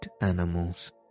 animals